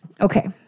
Okay